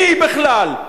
מיהי בכלל?